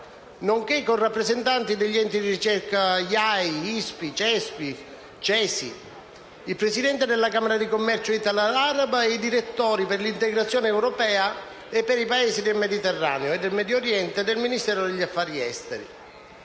nonché con rappresentanti di enti di ricerca (IAI, ISPI, CESPI e CESI), con il Presidente della Camera commercio italo-araba ed i direttori per l'integrazione europea e per i Paesi del Mediterraneo e del Medioriente del Ministero degli affari esteri.